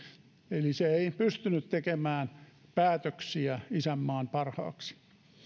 eli se ei pystynyt tekemään päätöksiä isänmaan parhaaksi